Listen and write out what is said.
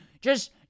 Just-